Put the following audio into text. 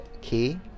key